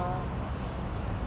okay